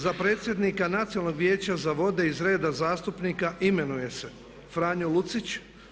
Za predsjednika Nacionalnog vijeća za vode iz reda zastupnika imenuje se Franjo Lucić.